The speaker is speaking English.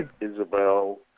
Isabel